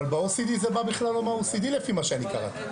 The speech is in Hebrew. זה בכלל לא הגיע מה-OECD לפי מה שקראתי,